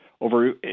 over